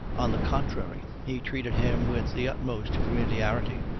on the contrary, he treated him with the utmost familiarity,